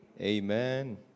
Amen